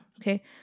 Okay